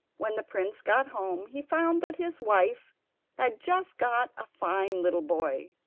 when the prince got home he found that his wife had just got a fine little boy.